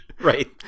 right